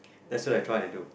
that's what I tried to do